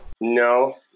No